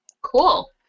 Cool